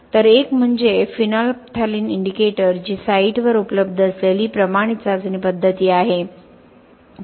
तर एक म्हणजे फिनोल्फथालीन इंडिकेटर जी साइटवर उपलब्ध असलेली प्रमाणित चाचणी पद्धत आहे